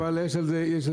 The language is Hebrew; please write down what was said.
אבל יש על זה ויכוח.